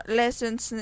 lessons